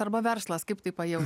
arba verslas kaip tai pajaus